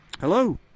Hello